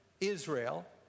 Israel